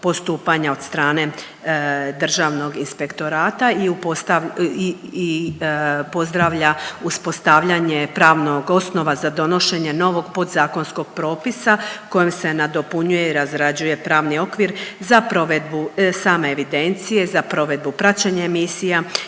od strane Državnog inspektora i pozdravlja uspostavljanje pravnog osnova za donošenje novog podzakonskog propisa kojim se nadopunjuje i razrađuje pravni okvir za provedbu same evidencije, za provedbu praćenja emisija